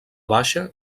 baixa